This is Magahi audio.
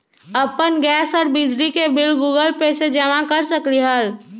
अपन गैस और बिजली के बिल गूगल पे से जमा कर सकलीहल?